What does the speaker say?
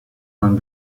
man